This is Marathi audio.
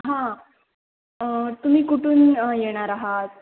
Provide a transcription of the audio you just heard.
हां तुम्ही कुठून येणार आहात